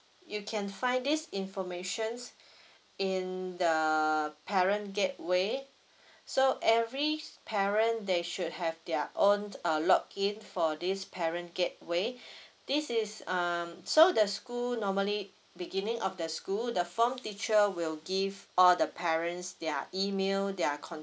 you can find this informations in the parent gateway so every parent they should have their own um login for this parent gateway this is um so the school normally beginning of the school the form teacher will give all the parents their email their contact